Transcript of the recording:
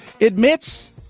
admits